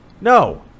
No